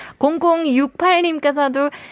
0068님께서도